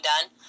done